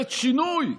ממשלת שינוי.